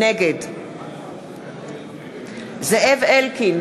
נגד זאב אלקין,